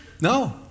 no